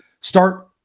start